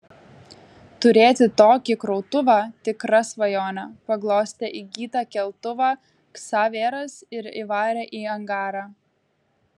turėti tokį krautuvą tikra svajonė paglostė įgytą keltuvą ksaveras ir įvarė į angarą